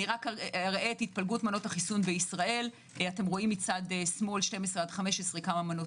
אראה את התפלגות מנות החיסון בישראל - אפשר לראות כמה מנות